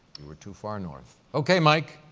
you were too far north. okay, mike,